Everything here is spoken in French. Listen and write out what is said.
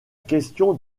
question